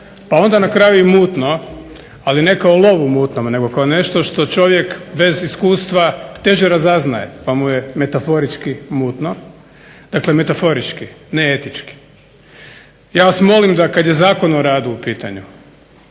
a onda na kraju i mutno, ali ne kao lov u mutnom nego kao nešto što čovjek bez iskustva teže razaznaje pa mu je metaforički mutno. Dakle metaforički, ne etički. Ja vas molim da kad je Zakon o radu u pitanju,